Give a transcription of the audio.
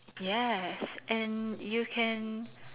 yes and you can